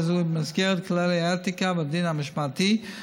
זו הוא במסגרת כללי האתיקה והדין המשמעתי,